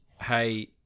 hey